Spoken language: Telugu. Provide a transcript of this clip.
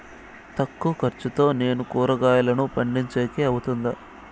తక్కువ ఖర్చుతో నేను కూరగాయలను పండించేకి అవుతుందా?